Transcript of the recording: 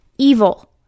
evil